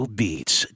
beats